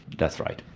that's right.